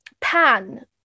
pan